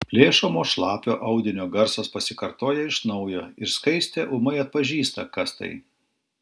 plėšomo šlapio audinio garsas pasikartoja iš naujo ir skaistė ūmai atpažįsta kas tai